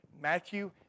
Matthew